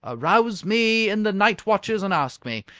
arouse me in the night-watches and ask me!